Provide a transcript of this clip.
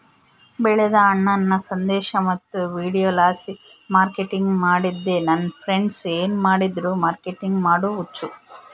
ಬೆಳೆದ ಹಣ್ಣನ್ನ ಸಂದೇಶ ಮತ್ತು ವಿಡಿಯೋಲಾಸಿ ಮಾರ್ಕೆಟಿಂಗ್ ಮಾಡ್ತಿದ್ದೆ ನನ್ ಫ್ರೆಂಡ್ಸ ಏನ್ ಮಾಡಿದ್ರು ಮಾರ್ಕೆಟಿಂಗ್ ಮಾಡೋ ಹುಚ್ಚು